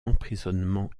emprisonnement